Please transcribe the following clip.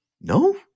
No